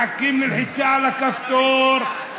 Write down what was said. מחכים ללחיצה על הכפתור.